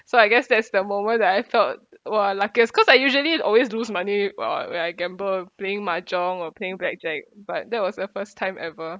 so I guess that's the moment that I felt !wah! luckiest cause I usually always lose money while I when I gamble playing mahjong or playing blackjack but that was the first time ever